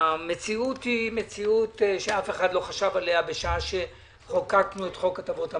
המציאות היא מציאות שאף אחד לא חשב עליה בשעה שחוקקנו את חוק הטבות המס,